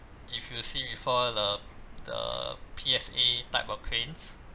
if you'll see before the the P_S_A type of cranes